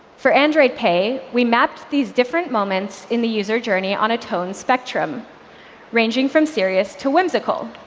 for android pay, we mapped these different moments in the user journey on a tone spectrum ranging from serious to whimsical.